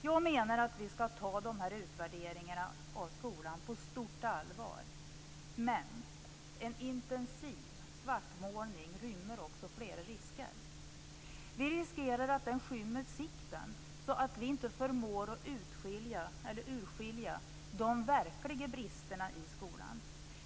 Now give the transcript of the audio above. Jag menar att vi skall ta dessa utvärderingar av skolan på stort allvar, men en intensiv svartmålning rymmer också flera risker. Vi riskerar att den skymmer sikten så att vi inte förmår att urskilja de verkliga bristerna i skolan.